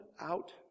out